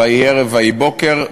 "ויהי ערב ויהי בקר".